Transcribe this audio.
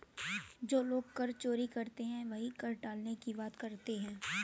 जो लोग कर चोरी करते हैं वही कर टालने की बात करते हैं